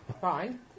Fine